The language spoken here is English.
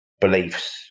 beliefs